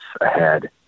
ahead